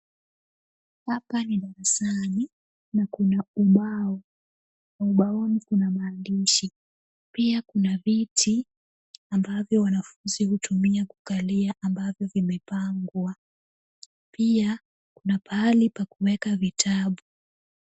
Hapa ni darasani na kuna ubao. Ubaoni kuna maandishi. Pia kuna viti ambavyo wanafunzi hutumia kukalia ambavyo vimepangwa. Pia kuna pahali pa kuweka vitabu.